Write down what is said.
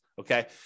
okay